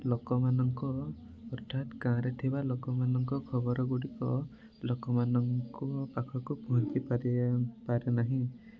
ଲୋକମାନଙ୍କ ହଠାତ୍ ଗାଁ ରେ ଥିବା ଲୋକମାନଙ୍କ ଖବରଗୁଡ଼ିକ ଲୋକମାନଙ୍କ ପାଖକୁ ପହଞ୍ଚିପାରେ ପାରେ ନାହିଁ